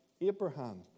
Abraham